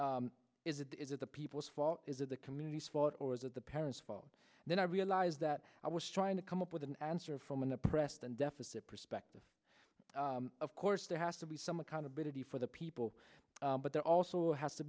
is it is it the people's fault is of the community's fault or is it the parents fault and then i realize that i was trying to come up with an answer from an oppressed and deficit perspective of course there has to be some accountability for the people but there also has to